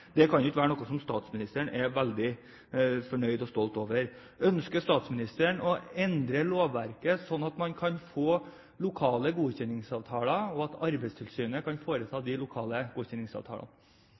Det kan ikke være noe som statsministeren er veldig fornøyd med og stolt over. Ønsker statsministeren å endre lovverket, slik at man kan få lokale godkjenningsavtaler, og at Arbeidstilsynet kan foreta